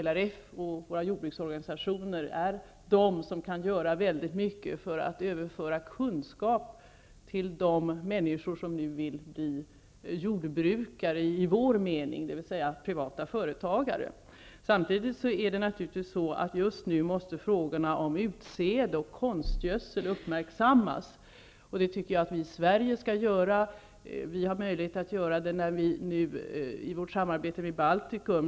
LRF och våra jordbruksorganisationer är de som kan göra mycket för att överföra kunskap till de människor som vill bli jordbrukare i vår mening, dvs. privata företagare. Samtidigt måste vi i Sverige nu uppmärksamma frågorna om utsäde och konstgödsel. Bl.a. har vi möjlighet att göra det i vårt samarbete med Baltikum.